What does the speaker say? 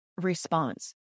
response